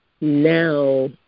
now